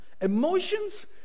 Emotions